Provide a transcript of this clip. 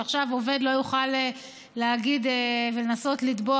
שעכשיו עובד יוכל להגיד ולנסות לתבוע